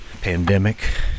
pandemic